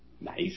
Nice